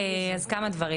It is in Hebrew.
אז כמה דברים.